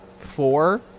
four